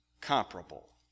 comparable